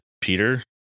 peter